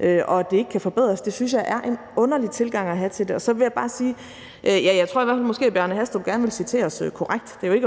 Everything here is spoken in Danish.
at det ikke kan forbedres. Det synes jeg er en underlig tilgang at have til det. Så vil jeg bare sige, at jeg tror, at Bjarne Hastrup måske gerne vil citeres korrekt. Det,